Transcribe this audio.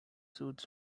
soothes